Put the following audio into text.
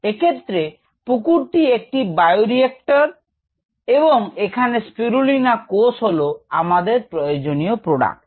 এক্ষেত্রে পুকুরটি একটি বায়োরিক্টর এবং এখানে স্পিরুলিনা কোষ হলো আমাদের প্রয়োজনীয় প্রোডাক্ট